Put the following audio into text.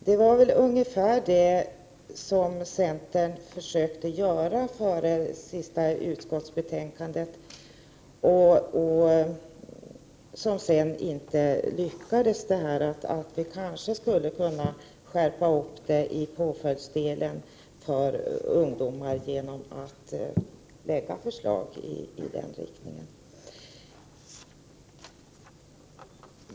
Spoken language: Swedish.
Det är ungefär detsamma som centern försökte göra innan det senaste utskottsbetänkandet lades fram. Man lyckades dock inte att skärpa påföljdsdelen för ungdomar genom att lägga förslag i den riktningen.